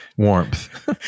Warmth